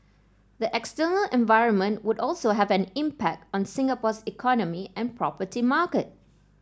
the external environment would also have an impact on Singapore's economy and property market